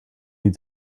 need